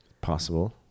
possible